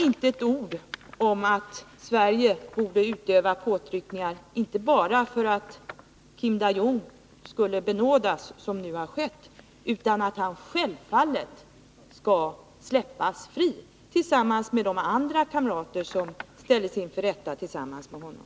Inte ett ord har sagts om att Sverige borde utöva påtryckningar inte bara för att Kim Dae Jung skulle benådas — som nu har skett — utan att han självfallet skulle släppas fri tillsammans med andra kamrater som ställdes inför rätta tillsammans med honom.